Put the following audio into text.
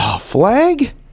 Flag